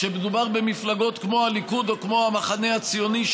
כשמדובר במפלגות כמו הליכוד או כמו המחנה הציוני,